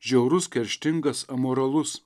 žiaurus kerštingas amoralus